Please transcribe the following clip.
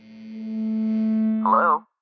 Hello